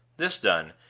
this done,